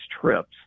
trips